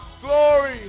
Glory